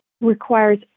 requires